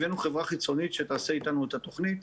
הבאנו חברה חיצונית שתעשה איתנו את התוכנית.